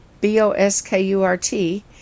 B-O-S-K-U-R-T